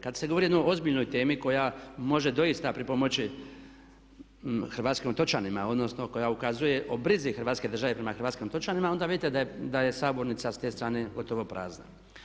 Kad se govori o jednoj ozbiljnoj temi koja može doista pripomoći hrvatskim otočanima odnosno koja ukazuje o brizi Hrvatske države prema hrvatskim otočanima onda vidite da je sabornica s te strane gotovo prazna.